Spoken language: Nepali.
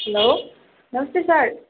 हेलो नमस्ते सर